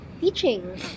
teaching